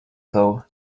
though